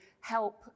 help